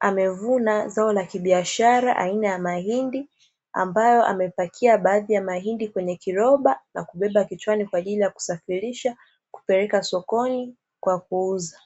amevuna zao la kibiashara aina ya mahindi, ambayo amepakia baadhi ya mahindi kwenye kiroba, na kubeba kichwani kwa ajili ya kusafirisha, kupeleka sokoni kwa kuuza.